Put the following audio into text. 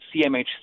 cmhc